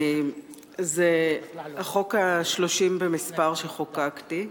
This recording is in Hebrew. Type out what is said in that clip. זה החוק ה-30 במספר שחוקקתי,